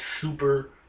super